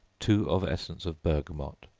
two of essence of bergamot,